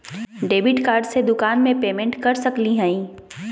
Debit card से दुकान में पेमेंट कर सकली हई?